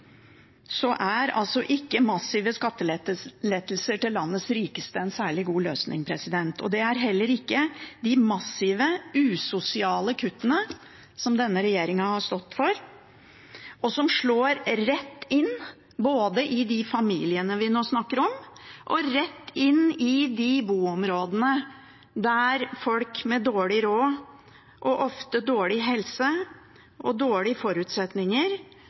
er ikke massive skattelettelser til landets rikeste en særlig god løsning. Det er heller ikke de massive usosiale kuttene som denne regjeringen har stått for, og som slår rett inn i både de familiene vi nå snakker om, og de boområdene der folk med dårlig råd og ofte dårlig helse og dårlige forutsetninger